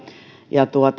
ja